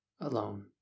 alone